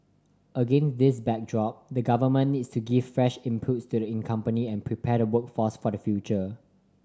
again this backdrop the Government needs to give fresh impetus to the company and prepare the workforce for the future